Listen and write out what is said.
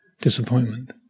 disappointment